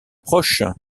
proches